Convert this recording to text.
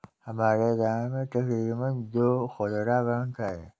हमारे गांव में तकरीबन दो खुदरा बैंक है